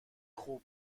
خوب